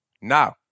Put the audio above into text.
now